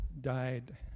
died